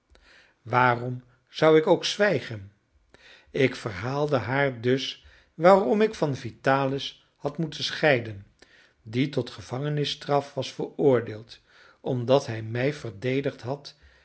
waarom zou ik ook zwijgen ik verhaalde haar dus waarom ik van vitalis had moeten scheiden die tot gevangenisstraf was veroordeeld omdat hij mij verdedigd had